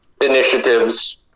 initiatives